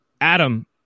Adam